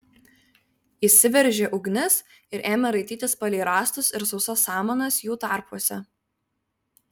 įsiveržė ugnis ir ėmė raitytis palei rąstus ir sausas samanas jų tarpuose